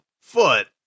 foot